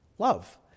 love